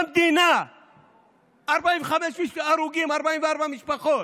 במדינה, 45 הרוגים, 44 משפחות,